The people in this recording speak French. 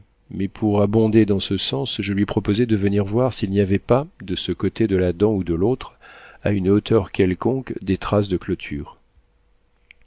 mais pour abonder dans ce sens je lui proposais de venir voir s'il n'y avait pas de ce côté de la dent ou de l'autre à une hauteur quelconque des traces de clôture